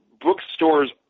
bookstores